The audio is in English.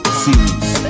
series